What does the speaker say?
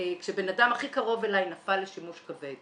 כשבן אדם הכי קרוב אלי נפל לשימוש כבד